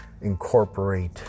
incorporate